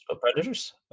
Predators